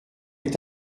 est